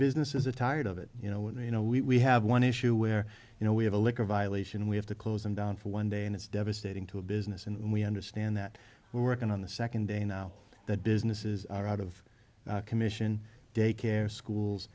business is a tired of it you know what you know we have one issue where you know we have a liquor violation and we have to close them down for one day and it's devastating to a business and we understand that we're working on the second day now that businesses are out of commission daycare schools